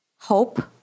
hope